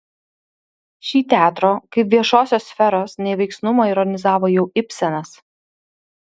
šį teatro kaip viešosios sferos neveiksnumą ironizavo jau ibsenas